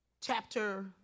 chapter